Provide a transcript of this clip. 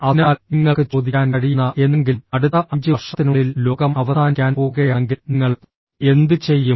അതിനാൽ നിങ്ങൾക്ക് ചോദിക്കാൻ കഴിയുന്ന എന്തെങ്കിലും അടുത്ത അഞ്ച് വർഷത്തിനുള്ളിൽ ലോകം അവസാനിക്കാൻ പോകുകയാണെങ്കിൽ നിങ്ങൾ എന്തുചെയ്യും